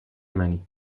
منی